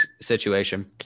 situation